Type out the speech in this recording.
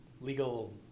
Legal